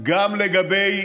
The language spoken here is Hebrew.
לגבי